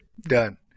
Done